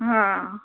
हा